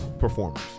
Performers